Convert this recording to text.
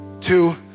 Two